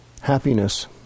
Happiness